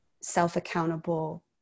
self-accountable